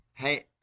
Hey